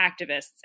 activists